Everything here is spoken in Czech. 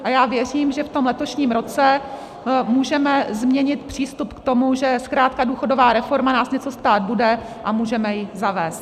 A já věřím, že v tom letošním roce můžeme změnit přístup k tomu, že zkrátka důchodová reforma nás něco stát bude, a můžeme ji zavést.